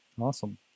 Awesome